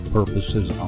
purposes